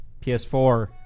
PS4